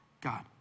God